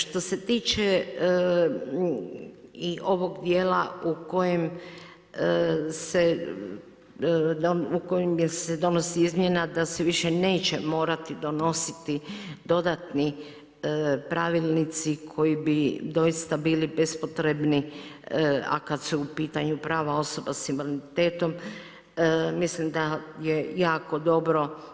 Što se tiče i ovog dijela u kojem se donosi izmjena, da se više neće morati donositi dodatni pravilnici koji bi doista bili bespotrebni, a kad su u pitanju prava osoba sa invaliditetom mislim da je jako dobro.